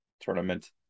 tournament